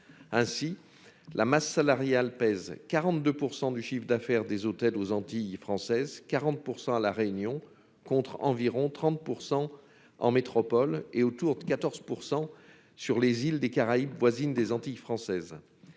Ainsi, la masse salariale représente 42 % du chiffre d'affaires des hôtels aux Antilles françaises et 40 % à La Réunion, contre environ 30 % en métropole et 14 % dans les îles des Caraïbes voisines des Antilles françaises.